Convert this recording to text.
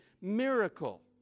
miracle